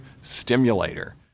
stimulator